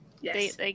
Yes